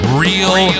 real